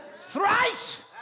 thrice